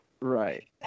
Right